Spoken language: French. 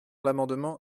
l’amendement